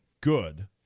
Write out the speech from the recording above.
good